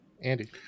Andy